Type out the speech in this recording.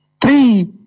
three